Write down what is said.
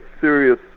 serious